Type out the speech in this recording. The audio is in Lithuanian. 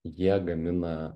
jie gamina